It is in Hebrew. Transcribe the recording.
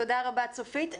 תודה רבה, צופית.